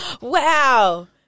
Wow